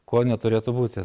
ko neturėtų būti